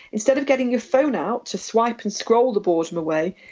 instead of getting your phone out to swipe and scroll the boredom away,